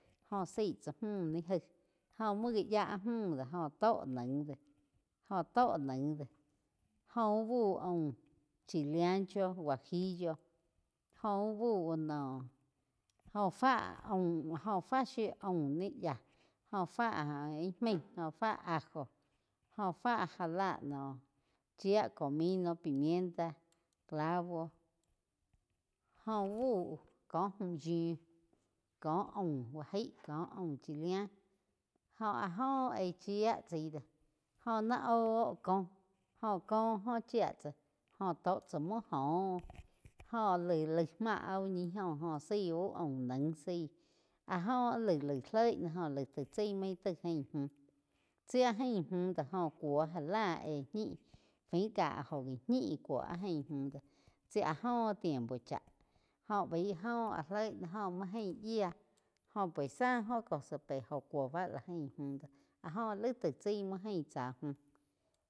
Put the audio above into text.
Jó zaí tsá múh ni gaíh gó muo gá yá áh múh do joh tó naig do, joh to naig do jó uh bu aum chile ancho juagillo jóh uh bu noh. Oh fa aum joh fá shiu aum ni yáh jóh fá ih maig jóh fá ajo joh fá já lah naum chía comino, pimienta, clavo jóh úh buh cóh múh yíu có aum bá gai ko aum chilea jo áh joh aig chía tsai do joh ni óh. Óh koh joh koh oh chia tsá joh tó tsá muo joh joh laig, laig máh áh úh ñi óh goh zaí uh aum naig zaí áh jo áh laig, laig loi nah taig chaí maig taig ain múh tsi áh gain múh do jó cúo já la éh ñih fain ka áh jo ga ñi cúo áh aín múh doh tsi áh joh tiempo chá jóh baig óh áh loi náj jóh múo gain yíah go pues záh oh cosa pe oh cuo bá la aín múh áh go laig taig chaí muo ain tsá múh.